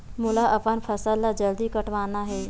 मोला अपन फसल ला जल्दी कटवाना हे?